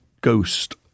ghost